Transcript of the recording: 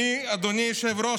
אדוני היושב-ראש,